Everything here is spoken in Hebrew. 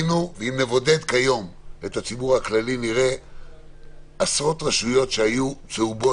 אם נבודד היום את הציבור הכללי נראה עשרות רשויות שהיו צהובות,